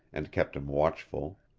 and kept him watchful.